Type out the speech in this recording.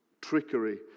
trickery